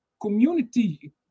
community